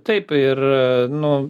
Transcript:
taip ir nu